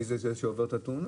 מי זה אותו אחד שעובר את התאונה.